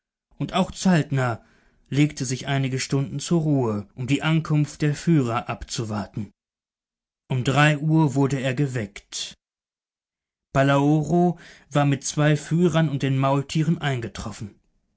und auch saltner legte sich einige stunden zur ruhe um die ankunft der führer abzuwarten um drei uhr wurde er geweckt palaoro war mit zwei führern und den maultieren eingetroffen